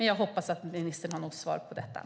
Jag hoppas att ministern har ett svar om det här.